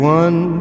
one